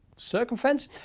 circumference,